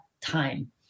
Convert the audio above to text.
time